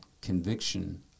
conviction